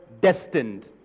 destined